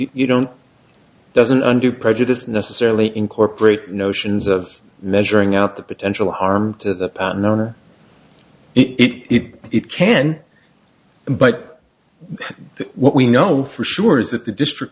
you don't doesn't undo prejudice necessarily incorporate notions of measuring out the potential harm to the norm or it can but what we know for sure is that the district